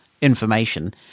information